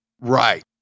Right